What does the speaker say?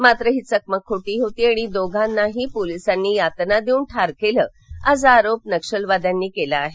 मात्र ही चकमक खोटी होती आणि दोघींनाही पोलिसांनी यातना देऊन ठार केलं असा आरोप नक्षलवाद्यांनी केला आहे